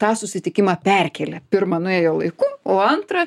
tą susitikimą perkėlė pirmą nuėjo laiku o antrą